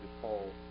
Paul